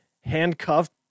handcuffed